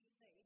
say